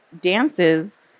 dances